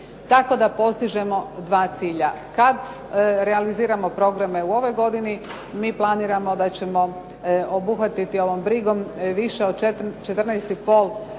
tako da postižemo dva cilja. Kad realiziramo programe u ovoj godini mi planiramo da ćemo obuhvatiti ovom brigom više od 14,5